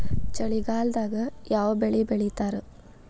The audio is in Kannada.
ಚಳಿಗಾಲದಾಗ್ ಯಾವ್ ಬೆಳಿ ಬೆಳಿತಾರ?